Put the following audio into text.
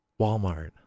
walmart